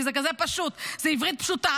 כי זה כזה פשוט, זה עברית פשוטה.